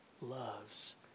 loves